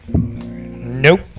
Nope